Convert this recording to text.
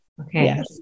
Okay